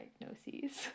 diagnoses